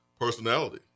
personality